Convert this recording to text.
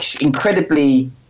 incredibly